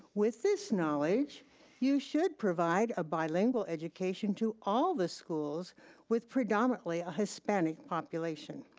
with this knowledge you should provide a bilingual education to all the schools with predominantly ah hispanic population.